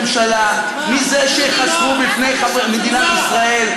שאתם מנסים להציל את ראש הממשלה מזה שייחשפו בפני מדינת ישראל,